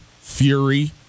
fury